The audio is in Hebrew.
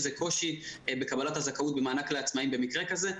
יש איזה קושי בקבלת זכאות במענק לעצמאים במקרה כזה.